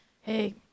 hey